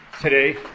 today